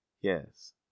yes